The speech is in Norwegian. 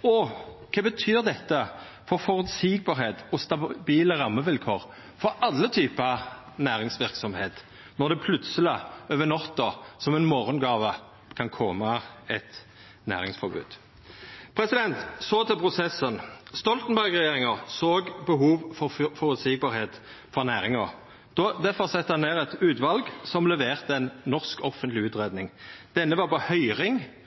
Kva betyr dette for føreseielege og stabile rammevilkår for alle typar næringsverksemd når det plutseleg, over natta, som ei morgongåve, kan koma eit næringsforbod? Så til prosessen: Stoltenberg-regjeringa såg behov for at næringa skulle ha føreseielege vilkår. Difor sette dei ned eit utval som leverte ei norsk offentleg utgreiing, ein NOU. Utgreiinga var på høyring